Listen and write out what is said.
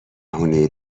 بهونه